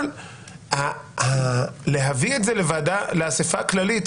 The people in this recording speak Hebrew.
אבל להביא את זה לאספה הכללית,